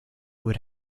would